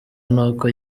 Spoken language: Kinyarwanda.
n’uko